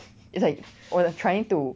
it's like 我的 trying to